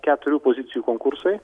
keturių pozicijų konkursai